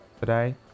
today